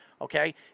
Okay